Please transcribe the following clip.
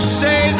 say